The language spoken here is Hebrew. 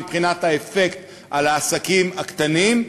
מבחינת האפקט על העסקים הקטנים,